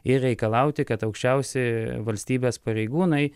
ir reikalauti kad aukščiausi valstybės pareigūnai